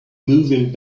moving